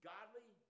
Godly